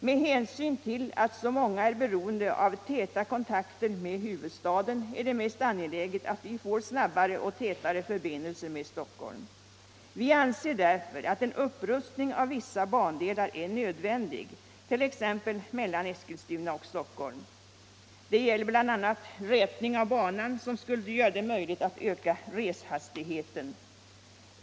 Med hänsyn till att så många är beroende av täta kontakter med huvudstaden är det mest angeläget att vi får snabbare och tätare förbindelser med Stockholm. Vi anser därför att en upprustning av vissa bandelar är nödvändig, t.ex. mellan Eskilstuna och Stockholm. Det gäller bl.a. rätning av banan, vilket skulle göra det möjligt att öka reshastigheten.